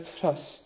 trust